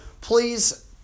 please